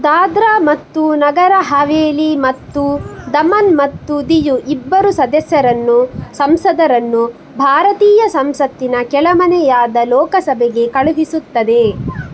ದಾದ್ರಾ ಮತ್ತು ನಗರ ಹವೇಲಿ ಮತ್ತು ದಮನ್ ಮತ್ತು ದಿಯು ಇಬ್ಬರು ಸದಸ್ಯರನ್ನು ಸಂಸದರನ್ನು ಭಾರತೀಯ ಸಂಸತ್ತಿನ ಕೆಳಮನೆಯಾದ ಲೋಕಸಭೆಗೆ ಕಳುಹಿಸುತ್ತದೆ